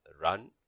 run